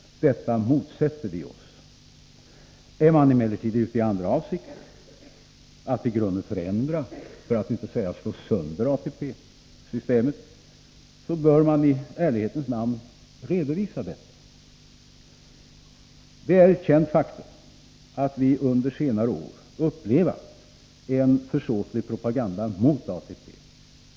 Detta motsätter vi oss. Är man emellertid ute i andra avsikter, att i grunden förändra för att inte säga slå sönder ATP-systemet, bör man i ärlighetens namn redovisa detta. Det är ett känt faktum att vi under senare år upplevat en försåtlig propaganda mot ATP.